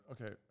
okay